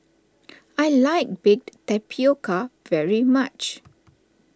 I like Baked Tapioca very much